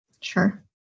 Sure